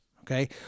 Okay